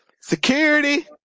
security